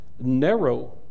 narrow